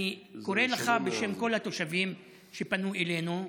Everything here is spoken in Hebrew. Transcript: אני קורא לך בשם כל התושבים שפנו אלינו: